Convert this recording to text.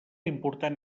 important